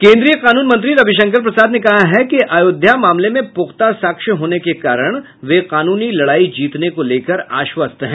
केंद्रीय कानून मंत्री रविशंकर प्रसाद ने कहा है कि आयोध्या मामले में पूख्ता साक्ष्य होने के कारण वे कानूनी लड़ाई जीतने को लेकर आश्वस्त हैं